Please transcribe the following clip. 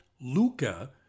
Luca